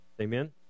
Amen